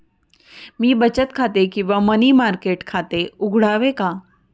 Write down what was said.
मी बचत खाते किंवा मनी मार्केट खाते उघडावे का?